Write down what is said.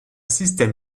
système